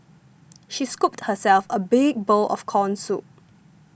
she scooped herself a big bowl of Corn Soup